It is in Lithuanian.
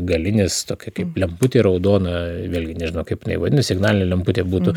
galinis tokia kaip lemputė raudona vėlgi nežinau kaip jinai vadinasi signalinė lemputė būtų